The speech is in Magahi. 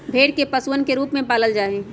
भेड़ के पशुधन के रूप में पालल जा हई